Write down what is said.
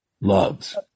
loves